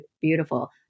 beautiful